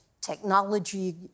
technology